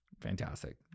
Fantastic